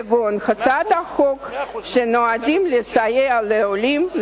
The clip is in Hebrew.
כגון הצעות חוק שנועדות לסייע לעולים,